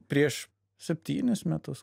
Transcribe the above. prieš septynis metus